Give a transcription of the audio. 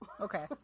Okay